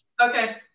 Okay